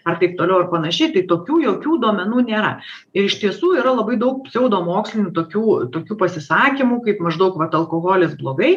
ar taip toliau ar panašiai tai tokių jokių duomenų nėra ir iš tiesų yra labai daug pseudomokslinių tokių tokių pasisakymų kaip maždaug vat alkoholis blogai